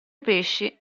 pesci